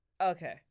Okay